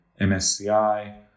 msci